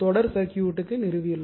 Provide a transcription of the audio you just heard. அதாவது தொடர் சர்க்யூட் க்கு